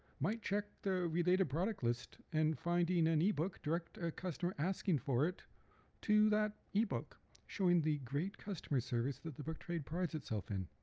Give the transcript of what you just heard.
might check the related product list and finding an ebook, direct a customer asking for it to that ebook showing the great customer service that the book trade prides itself in.